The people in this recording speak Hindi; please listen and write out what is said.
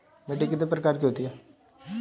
मिट्टी कितने प्रकार की होती हैं?